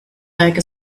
like